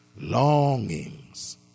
Longings